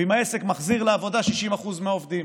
ואם העסק מחזיר לעבודה 60% מהעובדים.